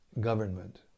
government